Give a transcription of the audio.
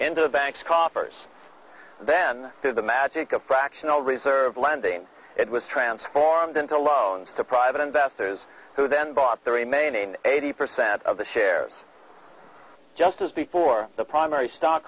into the bank's coffers then through the magic of fractional reserve lending it was transformed into loans to private investors who then bought the remaining eighty percent of the shares just as before the primary